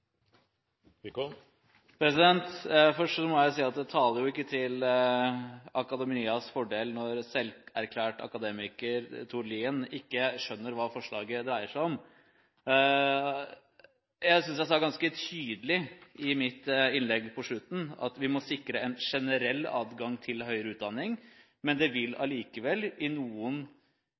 jo ikke til akademias fordel når selverklært akademiker Tord Lien ikke skjønner hva forslaget dreier seg om. Jeg synes jeg sa ganske tydelig på slutten av mitt innlegg at vi må sikre en generell adgang til høyere utdanning, men det vil allikevel, i noen